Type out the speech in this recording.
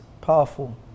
powerful